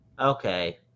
okay